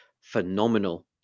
phenomenal